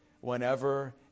whenever